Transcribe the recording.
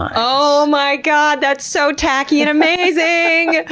oh my god, that's so tacky and amazing!